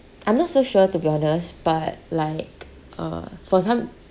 I'm not so sure to be honest but like uh for some